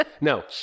No